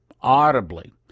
audibly